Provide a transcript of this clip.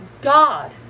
God